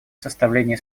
составления